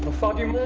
fucking